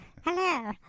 Hello